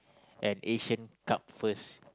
an Asian Cup first